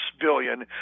billion